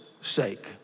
sake